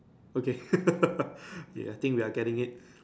okay ya I think we are getting it